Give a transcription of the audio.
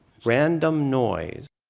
random noise,